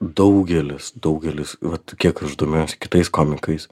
daugelis daugelis vat kiek aš domiuosi kitais komikais